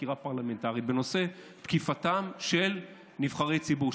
חקירה פרלמנטרית בנושא תקיפתם של נבחרי ציבור,